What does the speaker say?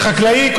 כחקלאי,